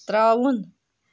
ترٛاوُن